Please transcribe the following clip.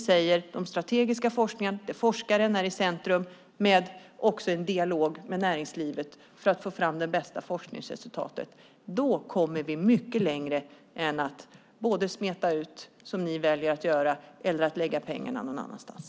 Med den strategiska forskningen, där forskaren är i centrum och där man också för en dialog med näringslivet för att få fram det bästa forskningsresultatet, kommer vi mycket längre än om man smetar ut det, som ni väljer att göra, eller lägger pengarna någon annanstans.